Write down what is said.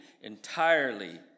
entirely